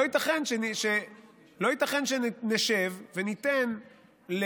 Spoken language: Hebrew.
לא ייתכן שנשב וניתן,